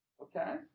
Okay